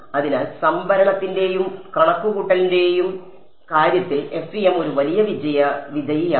അതിനാൽ സംഭരണത്തിന്റെയും കണക്കുകൂട്ടലിന്റെയും കാര്യത്തിൽ FEM ഒരു വലിയ വിജയിയാണ്